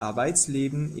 arbeitsleben